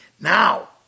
Now